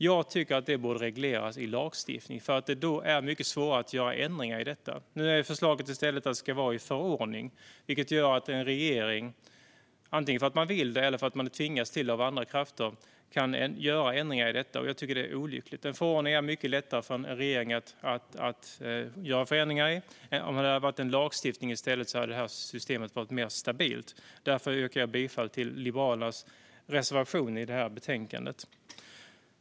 Jag tycker att det här borde regleras i lagstiftning för att det då är mycket svårare att göra ändringar i det. Nu är förslaget att det ska vara reglerat i förordning, vilket gör att en regering antingen för att man vill det eller för att man tvingas till det av andra krafter kan göra ändringar i förordningen, och jag tycker att det är olyckligt. En förordning är mycket lättare för en regering att göra förändringar i. Om det hade varit en lagstiftning i stället hade det här systemet varit mer stabilt. Därför yrkar jag bifall till Liberalernas reservation i det här betänkandet.